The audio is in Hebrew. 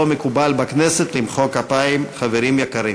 לא מקובל בכנסת למחוא כפיים, חברים יקרים.